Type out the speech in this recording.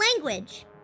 Language